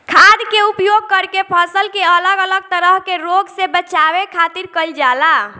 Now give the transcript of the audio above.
खाद्य के उपयोग करके फसल के अलग अलग तरह के रोग से बचावे खातिर कईल जाला